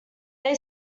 they